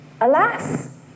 alas